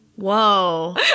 Whoa